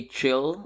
Chill